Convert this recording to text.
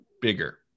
bigger